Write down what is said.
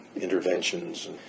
interventions